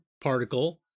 particle